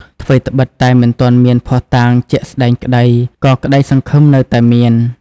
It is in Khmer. ថ្វីត្បិតតែមិនទាន់មានភស្តុតាងជាក់ស្តែងក្តី ក៏ក្តីសង្ឃឹមនៅតែមាន។